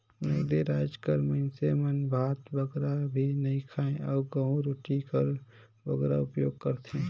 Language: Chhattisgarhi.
नगदे राएज कर मइनसे मन भात बगरा नी खाएं अउ गहूँ रोटी कर बगरा उपियोग करथे